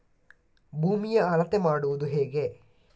ಭೂಮಿಯ ಅಳತೆ ಮಾಡುವುದು ಹೇಗೆ?